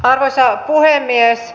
arvoisa puhemies